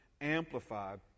Amplified